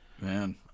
Man